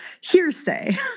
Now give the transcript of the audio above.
hearsay